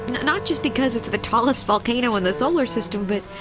and n-not just because it's the tallest volcano in the solar system, but